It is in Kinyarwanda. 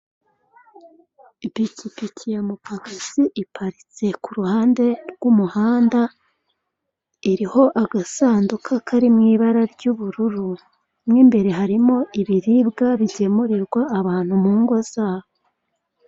Ipikipiki ya mupagasi iparitse ku ruhande rw'umuhanda iriho agasanduka kari mu ibara ry'ubururu, mu imbere harimo ibiribwa bigemurirwa abantu mu ngo zabo.